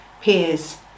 peers